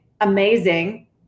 amazing